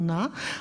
אפשרי.